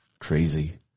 Crazy